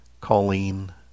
Colleen